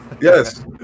Yes